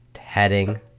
heading